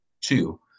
two